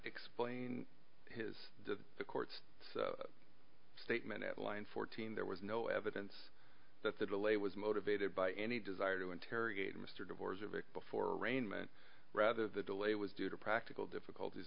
explain his the court's statement at line fourteen there was no evidence that the delay was motivated by any desire to interrogate mr doors of it before arraignment rather the delay was due to practical difficulties